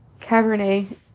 Cabernet